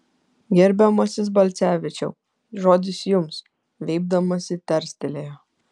gerbiamasis balcevičiau žodis jums viepdamasi tarstelėjo